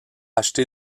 acheté